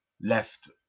left